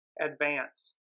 advance